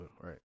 right